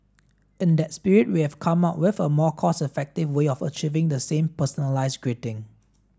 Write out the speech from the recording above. in that spirit we've come up with a more cost effective way of achieving the same personalised greeting